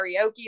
karaoke